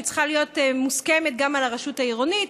שצריכה להיות מוסכמת גם על הרשות העירונית,